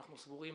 אנחנו סבורים